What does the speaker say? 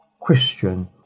christian